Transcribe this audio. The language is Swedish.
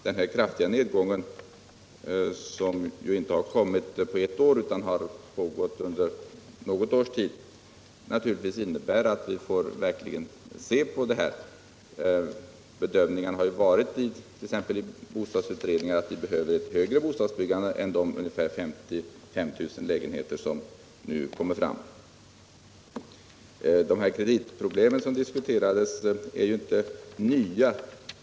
Den kraftiga nedgången, som inte kommit på ett år utan pågått något längre, gör naturligtvis att vi verkligen måste se på det här. Bedömningen har jut.ex. i bostadsutredningar varit att vi behöver ett större bostadsbyggande än 55 000 lägenheter, som nu kommer fram. De kreditproblem som diskuterats är inte nya.